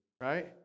right